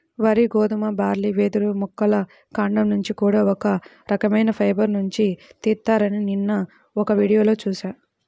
వరి, గోధుమ, బార్లీ, వెదురు మొక్కల కాండం నుంచి కూడా ఒక రకవైన ఫైబర్ నుంచి తీత్తారని నిన్న ఒక వీడియోలో చూశా